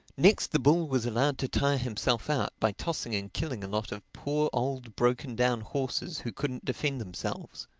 next the bull was allowed to tire himself out by tossing and killing a lot of poor, old, broken-down horses who couldn't defend themselves.